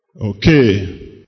Okay